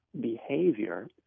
behavior